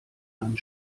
einem